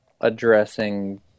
addressing